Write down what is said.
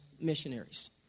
missionaries